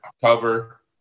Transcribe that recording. cover